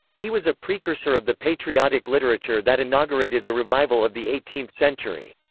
he was a precursor of the patriotic literature that inaugurated the revival of the eighteenth century.